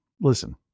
listen